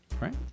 right